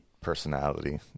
personality